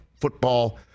football